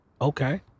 Okay